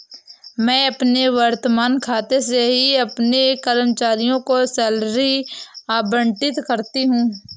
मैं अपने वर्तमान खाते से ही अपने कर्मचारियों को सैलरी आबंटित करती हूँ